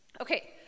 Okay